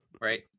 right